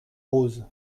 rose